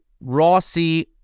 Rossi